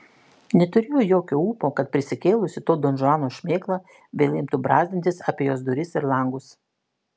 neturėjo jokio ūpo kad prisikėlusi to donžuano šmėkla vėl imtų brazdintis apie jos duris ir langus